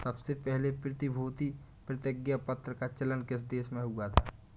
सबसे पहले प्रतिभूति प्रतिज्ञापत्र का चलन किस देश में हुआ था?